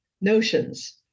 notions